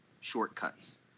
shortcuts